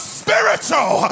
spiritual